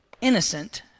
innocent